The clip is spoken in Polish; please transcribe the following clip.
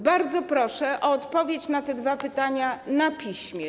Bardzo proszę o odpowiedź na te dwa pytania na piśmie.